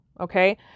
Okay